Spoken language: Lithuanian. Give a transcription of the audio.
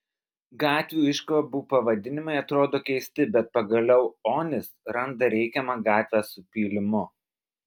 gatvių iškabų pavadinimai atrodo keisti bet pagaliau onis randa reikiamą gatvę su pylimu